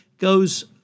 goes